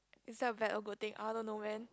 is that a bad or good thing I wonder no man